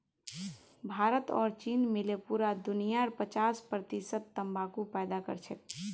भारत और चीन मिले पूरा दुनियार पचास प्रतिशत तंबाकू पैदा करछेक